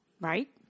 Right